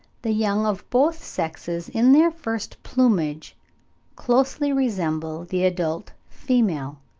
the young of both sexes in their first plumage closely resemble the adult female,